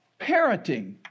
parenting